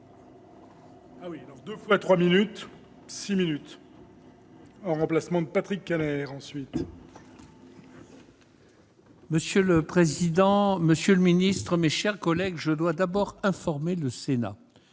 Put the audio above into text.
Monsieur le président, monsieur le ministre, mes chers collègues, je dois d'abord informer le Sénat